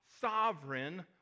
sovereign